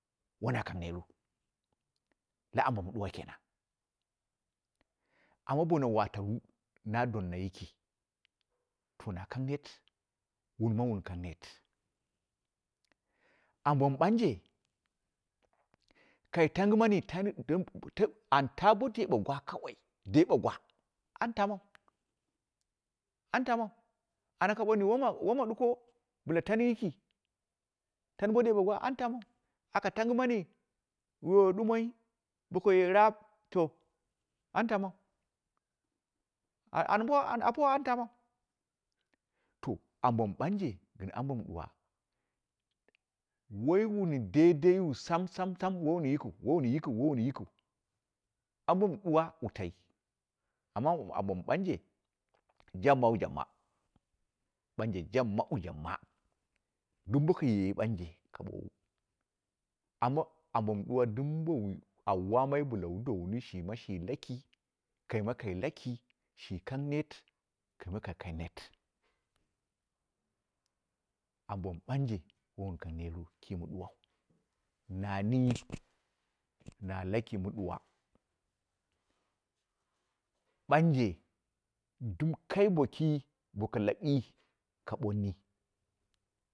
Woma kang neer wu, la ambo ma duwa kenam, amma bona watawu na ɗonna yiki, to na kang neet, wuung wuu kang neet ambo mɨ ɓanje kai tangh mani tan tang au tu bo deɓe gwa kawai, deɓe gwa, an tamau, an tamau, anraka ka boni won wana duko bɨla tani yiki tan bo debe gwan an tamau, aka tangɨmami, bowo dumoi, bokaye raab to wan tamau, audu an apewo an tamau to ambo mɨ ɓanje, gɨn ambo mɨ duwa, woi muum daidai wu sam sam sam, wai mu yikɨu, wai mu yikiu, banje mɨ duwa wutau amma ambo mɨ ɓanje, jab mawu jab ma, banje jab mawu jabma, dum boku ye ɓanje ka ɓowa, amma ambo ma duwa dumbowuu au wamai bɨla wuu daumi, shima shi laki, kai ma kai laki, shi kang net, kaima kai kang neet, ambo nɨ ɓanje wowun kang neetu kimu ɗuwau, nani na laki mɨ duwa ɓanje dim kai boki boka lubi ka ɓamni.